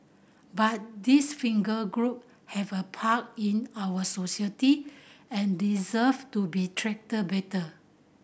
but these group have a part in our society and deserve to be treated better